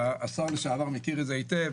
שהשר לשעבר מכיר את זה היטב,